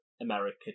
America